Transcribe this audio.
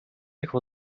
дахь